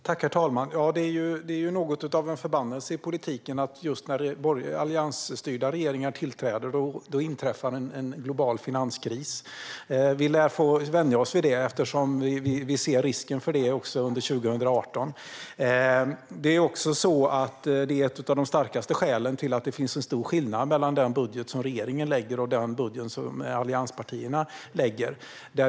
Herr talman! Det är ju något av en förbannelse i politiken att just när borgerliga, alliansstyrda regeringar tillträder, då inträffar en global finanskris. Vi lär få vänja oss vid det, eftersom vi ser risken för detta också under 2018. Det är också detta som är ett av de starkaste skälen till att det finns en stor skillnad mellan den budget som regeringen lägger fram och allianspartiernas budget.